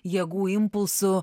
jėgų impulsų